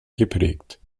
geprägt